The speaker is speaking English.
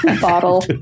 Bottle